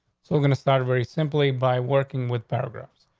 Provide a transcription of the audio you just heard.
so we're gonna start very simply by working with paragraphs.